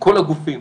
כל הגופים,